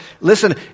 listen